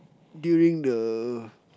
during the